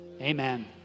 Amen